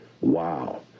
Wow